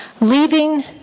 leaving